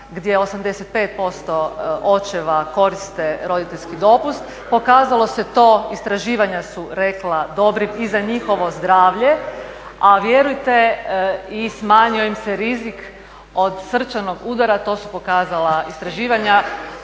gdje 85% očeva koriste roditeljski dopust. Pokazalo se to, istraživanja su rekla dobrim i za njihovo zdravlje, a vjerujte i smanjio im se rizik od srčanog udara, to su pokazala istraživanja.